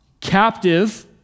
captive